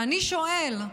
ואני שואל: